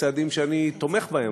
בצעדים שאני תומך בהם,